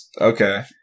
okay